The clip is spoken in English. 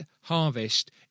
harvest